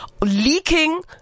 Leaking